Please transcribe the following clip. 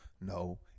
No